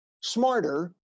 smarter